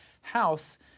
house